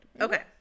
Okay